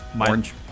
Orange